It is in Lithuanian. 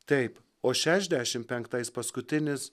taip o šešiasdešimt penktais paskutinis